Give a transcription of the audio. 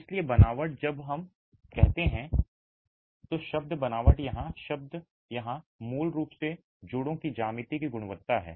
इसलिए बनावट जब हम कहते हैं जब हम बनावट की बात करते हैं तो शब्द बनावट यहां शब्द बनावट यहां मूल रूप से जोड़ों की ज्यामिति की गुणवत्ता है